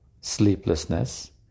sleeplessness